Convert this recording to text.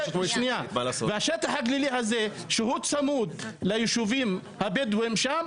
שהוא צמוד ליישובים הבדואיים שם,